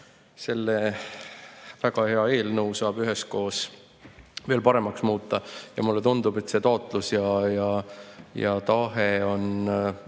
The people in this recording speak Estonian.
selle väga hea eelnõu saab üheskoos veel paremaks muuta. Ja mulle tundub, et see taotlus ja tahe on